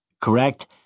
correct